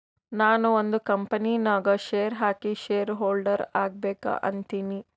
ನಾನು ಒಂದ್ ಕಂಪನಿ ನಾಗ್ ಶೇರ್ ಹಾಕಿ ಶೇರ್ ಹೋಲ್ಡರ್ ಆಗ್ಬೇಕ ಅಂತೀನಿ